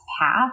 path